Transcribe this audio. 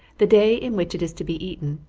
the day in which it is to be eaten,